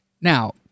Now